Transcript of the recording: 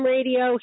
Radio